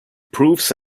proofs